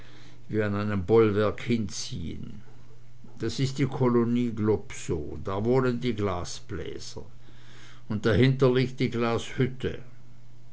auf einem bollwerk hinziehen das ist kolonie globsow da wohnen die glasbläser und dahinter liegt die glashütte